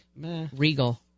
Regal